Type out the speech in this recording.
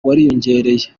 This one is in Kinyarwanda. wariyongereye